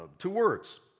to words.